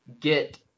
get